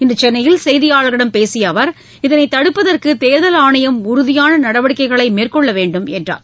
இன்று சென்னையில் செய்தியாளர்களிடம் பேசிய அவர் இதனை தடுப்பதற்கு தேர்தல் ஆணையம் உறுதியான நடவடிக்கைகளை மேற்கொள்ள வேண்டும் என்றார்